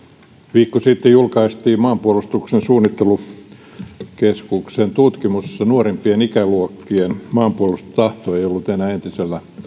viikko sitten julkaistiin maanpuolustustiedotuksen suunnittelukeskuksen tutkimus jossa nuorempien ikäluokkien maanpuolustustahto ei ollut enää entisellä